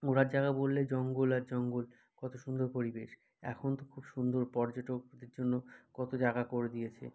ঘোরার জায়গা বললে জঙ্গল আর জঙ্গল কতো সুন্দর পরিবেশ এখন তো খুব সুন্দর পর্যটকদের জন্য কতো জায়গা করে দিয়েছে